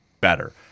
better